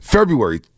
February